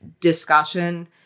discussion